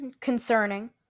concerning